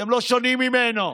אתם לא שונים ממנו.